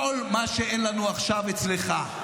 כל מה שאין לנו עכשיו אצלך.